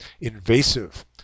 invasive